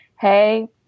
hey